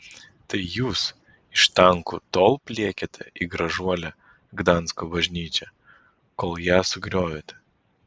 tai jūs iš tankų tol pliekėte į gražuolę gdansko bažnyčią kol ją sugriovėte